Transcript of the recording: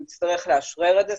הוא יצטרך לאשרר את זה,